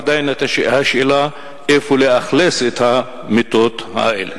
עדיין תישאל השאלה איפה לאכלס את המיטות האלה.